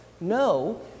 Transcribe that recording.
No